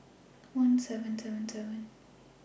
one seven seven seven